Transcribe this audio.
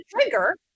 trigger